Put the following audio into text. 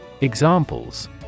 Examples